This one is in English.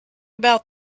about